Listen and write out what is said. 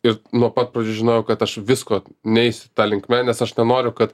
ir nuo pat pradžių žinojau kad aš visko neisiu ta linkme nes aš nenoriu kad